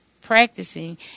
practicing